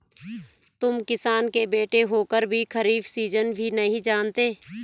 तुम किसान के बेटे होकर भी खरीफ सीजन भी नहीं जानते